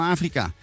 Afrika